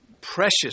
precious